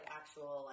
actual